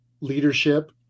leadership